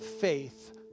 faith